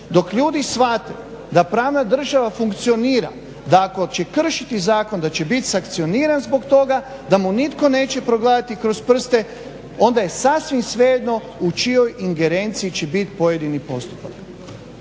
Dok ljudi shvate da pravna država funkcionira, da ako će kršiti da će bit sankcioniran zbog toga, da mu nitko neće progledati kroz prste onda je sasvim svejedno u čijoj ingerenciji će bit pojedini postupak.